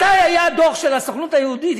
מתי היה דוח של הסוכנות היהודית?